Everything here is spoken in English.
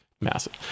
massive